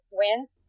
wins